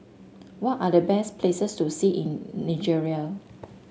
what are the best places to see in Nigeria